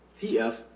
TF